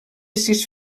sis